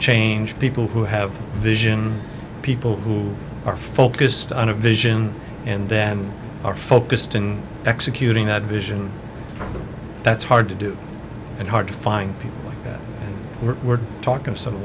change people who have vision people who are focused on a vision and then are focused in executing that vision that's hard to do and hard to find people like that we're talking to some of